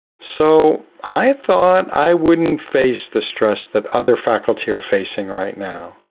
so i thought i wouldn't face the stress that other faculty are facing right now.